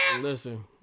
Listen